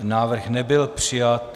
Návrh nebyl přijat.